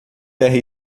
terra